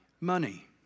money